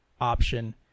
option